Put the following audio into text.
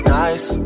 nice